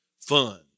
fun